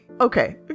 okay